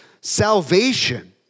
salvation